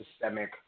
systemic